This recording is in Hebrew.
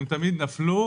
הם תמיד נפלו,